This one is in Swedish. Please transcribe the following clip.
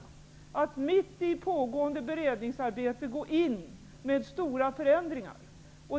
Vi tycker självfallet inte att det är acceptabelt att under pågående beredningsarbete genomföra stora förändringar.